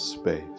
space